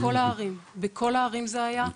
בכל הערים זה היה.